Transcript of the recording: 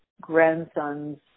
grandson's